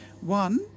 One